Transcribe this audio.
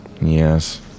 Yes